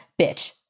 bitch